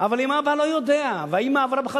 אבל אם האבא לא יודע והאמא עברה בכלל